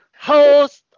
host